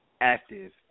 active